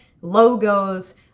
logos